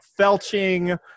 felching